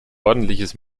ordentliches